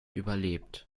überlebt